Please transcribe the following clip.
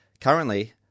Currently